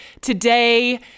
today